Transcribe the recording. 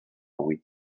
huit